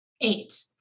eight